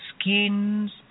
skins